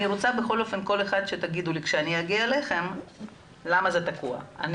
אני מבקשת שכל אחד יאמר לי למה זה תקוע מבחינתו.